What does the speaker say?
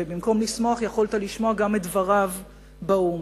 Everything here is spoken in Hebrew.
ובמקום לשמוח יכולת לשמוע גם את דבריו באו"ם,